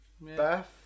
Beth